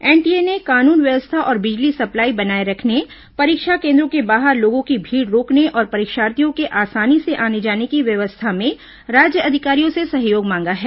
NTA ने कानून व्यवस्था और बिजली सप्लाई बनाये रखने परीक्षा केन्द्रों के बाहर लोगों की भीड़ रोकने और परीक्षार्थियों के आसानी से आने जाने की व्यवस्था में राज्य अधिकारियों से सहयोग मांगा है